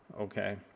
Okay